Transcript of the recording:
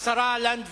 אריאל, השרה לנדבר,